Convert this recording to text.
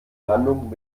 landung